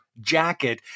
jacket